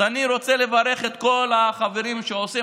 אז אני רוצה לברך את כל החברים שעושים